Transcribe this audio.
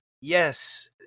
yes